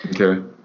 Okay